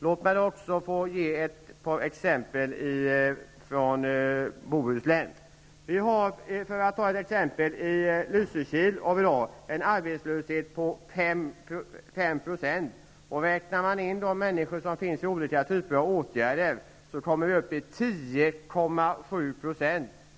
Låt mig även ge ett par exempel från Vi har i Lysekil i dag en arbetslöshet på 5 %. Räknar man in de människor som är föremål för olika typer av åtgärder kommer vi upp i 10,7 %.